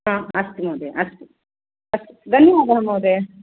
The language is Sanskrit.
आम् अस्तु महोदय अस्तु अस्तु धन्यवादः महोदय